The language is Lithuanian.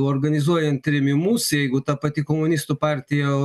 organizuojant trėmimus jeigu ta pati komunistų partija